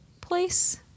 place